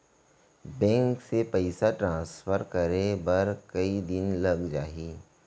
Bank से पइसा transfer करे बर कई दिन लग जाही?